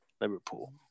Liverpool